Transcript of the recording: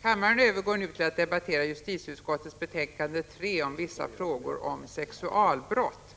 Kammaren övergår nu till att debattera justitieutskottets betänkande 3 om vissa frågor om sexualbrott